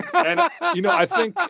i you know i think,